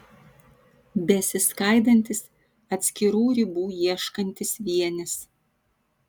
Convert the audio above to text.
besiskaidantis atskirų ribų ieškantis vienis